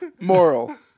Moral